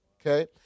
Okay